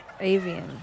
Avian